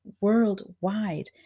worldwide